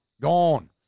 gone